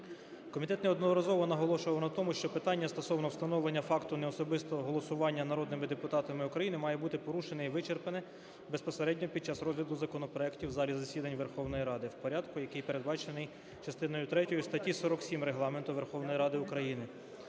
Комітет неодноразово наголошував на тому, що питання стосовно встановлення факту неособистого голосування народними депутатами України має бути порушене і вичерпане безпосередньо під час розгляду законопроектів в залі засідань Верховної Ради в порядку, який передбачений частиною третьою статті 47 Регламенту Верховної Ради України,